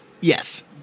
Yes